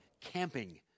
Camping